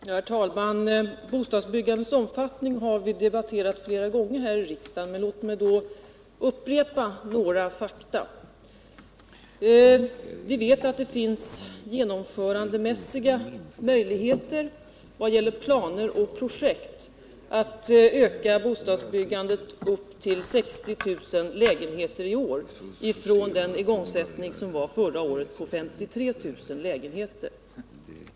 Herr talman! Bostadsbyggandets omfattning har vi debatterat flera gånger här i riksdagen, men låt mig upprepa några fakta. Vi vet att det finns genomförandemässiga möjligheter vad gäller planer och kreditförsörjningen projekt att öka bostadsbyggandet upp till 60 000 lägenheter från förra årets för bostadsbygigångsättning på 53 000 lägenheter.